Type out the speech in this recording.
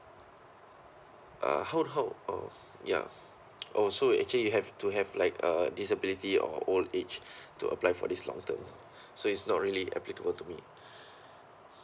uh how how orh ya oh so actually have to have like a disability or old age to apply for this long term so is not really applicable to me